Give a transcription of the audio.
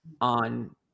on